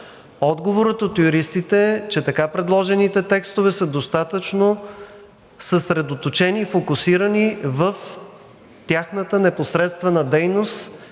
Отговорът от юристите, че така предложените текстове са достатъчно съсредоточени, фокусирани в тяхната непосредствена дейност